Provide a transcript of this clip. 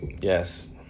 yes